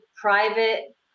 private